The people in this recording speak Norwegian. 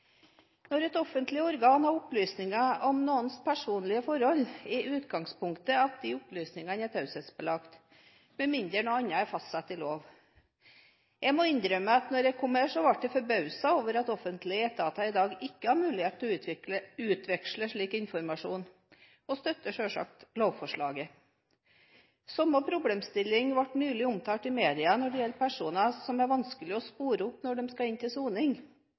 Når et offentlig organ har opplysninger om noens personlige forhold, er utgangspunktet at de opplysningene er taushetsbelagte, med mindre noe annet er fastsatt i lov. Jeg må innrømme at da jeg kom hit, var jeg forbauset over at offentlige etater i dag ikke har mulighet til å utveksle slik informasjon, og jeg støtter selvsagt lovforslaget. Den samme problemstillingen ble nylig omtalt i media når det gjelder personer som det er vanskelig å spore opp når de skal inn til soning,